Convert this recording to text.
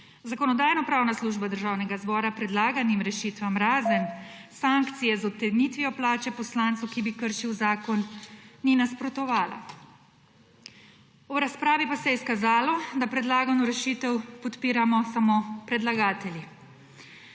Zakonodajno-pravna služba Državnega zbora predlaganim rešitvam, razen sankcije z odtegnitvijo plače poslancu, ki bi kršil zakon, ni nasprotovala. V razpravi pa se je izkazalo, da predlagano rešitev podpiramo samo predlagatelji.